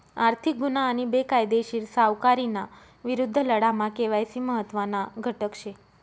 आर्थिक गुन्हा आणि बेकायदेशीर सावकारीना विरुद्ध लढामा के.वाय.सी महत्त्वना घटक शे